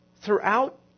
throughout